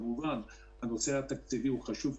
כמובן שהנושא התקציבי הוא חשוב,